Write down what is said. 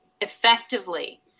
effectively